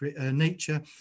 nature